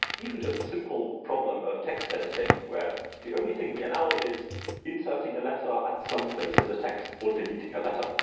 even just a simple problem of text editing, where the only thing we allow is inserting a letter at some place and the text or deleting a letter.